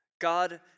God